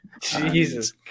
Jesus